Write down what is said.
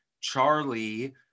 Charlie